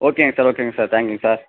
ஓகேங்க சார் ஓகேங்க sir thank you sir